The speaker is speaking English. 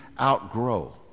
outgrow